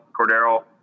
Cordero